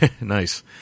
Nice